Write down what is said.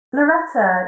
Loretta